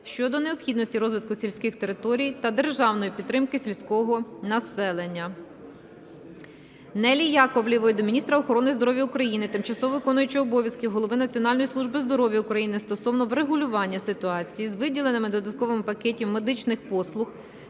щодо необхідності розвитку сільських територій та державної підтримки сільського населення. Неллі Яковлєвої до міністра охорони здоров'я України, тимчасово виконуючого обов'язки голови Національної служби здоров'я України стосовно врегулювання ситуації з виділенням додаткових пакетів медичних послуг